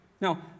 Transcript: Now